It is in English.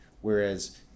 whereas